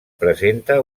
presenta